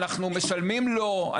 אנחנו משלמים לו,